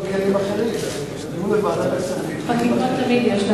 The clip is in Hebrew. יהיו לוועדת כספים כלים אחרים.